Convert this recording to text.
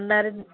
ఉన్నారు అనుకుంట